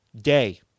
day